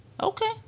Okay